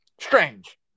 strange